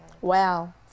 wow